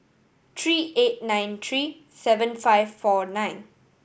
three eight nine three seven five four nine